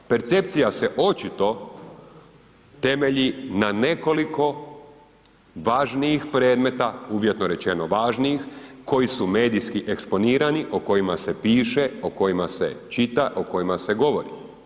Percepcija se očito temelji na nekoliko važnijih predmeta, uvjetno rečeno važnijih, koji su medijski eksponirani, o kojima se piše, o kojima se čita, o kojima se govori.